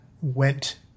went